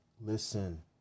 listen